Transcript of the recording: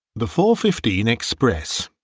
the four-fifteen express